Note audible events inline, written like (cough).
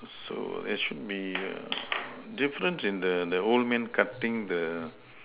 so it should be (noise) difference in the the old man cutting the